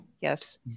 yes